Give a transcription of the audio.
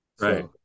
right